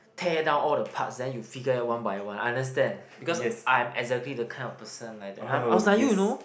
tear down all the part then you figure it out one by one I understand because I am exactly the kind of person like that I was like you you know